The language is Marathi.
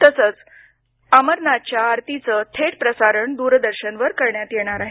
तसंच बाबा अमरनाथच्या आरतीचं थेट प्रसारण दूरदर्शन वर करण्यात येणार आहे